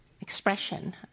Expression